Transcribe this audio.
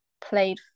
played